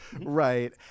Right